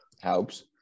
helps